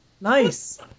Nice